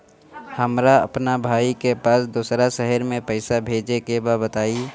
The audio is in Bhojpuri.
हमरा अपना भाई के पास दोसरा शहर में पइसा भेजे के बा बताई?